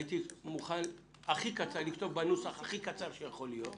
הייתי מוכן לכתוב בנוסח הכי קצר שיכול להיות,